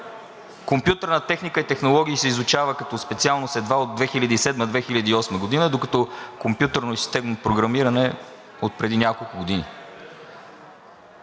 „Компютърна техника и технологии“ се изучава, като специалност едва от 2007 – 2008 г., докато „Компютърно и системно програмиране“ отпреди няколко години,